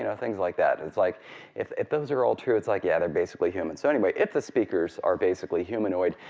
you know things like that. it's like if those are all true, it's like, yeah, they're basically human. so anyway, if the speakers are basically humanoid,